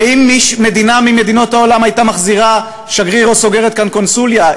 הרי אם מדינה ממדינות העולם הייתה מחזירה שגריר או סוגרת כאן קונסוליה,